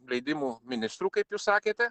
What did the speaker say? leidimų ministrų kaip jūs sakėte